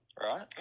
Right